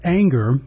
anger